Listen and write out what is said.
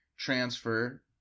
transfer